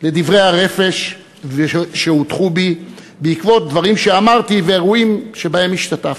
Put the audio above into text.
לדברי הרפש שהוטחו בי בעקבות דברים שאמרתי ואירועים שבהם השתתפתי.